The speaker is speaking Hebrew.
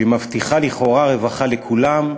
שמבטיחה לכאורה רווחה לכולם,